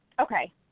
Okay